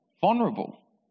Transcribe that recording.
Vulnerable